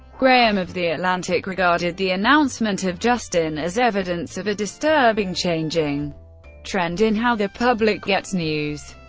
graham of the atlantic regarded the announcement of justin as evidence of a disturbing changing trend in how the public gets news.